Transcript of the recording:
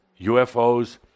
UFOs